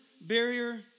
barrier